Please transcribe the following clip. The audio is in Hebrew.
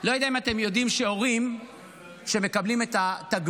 לא יודע אם אתם יודעים שהורים שמקבלים את התגמול,